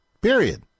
period